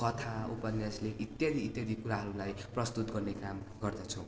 कथा उपन्यास लेख इत्यादि इत्यादि कुराहरूलाई प्रस्तुत गर्ने काम गर्दछौँ